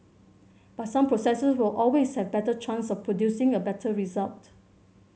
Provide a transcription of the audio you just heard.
but some processes will always have better chance of producing a better result